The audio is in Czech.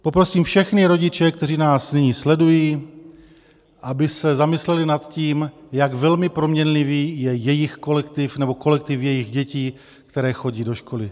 Poprosím všechny rodiče, kteří nás nyní sledují, aby se zamysleli nad tím, jak velmi proměnlivý je jejich kolektiv nebo kolektiv jejich dětí, které chodí do školy.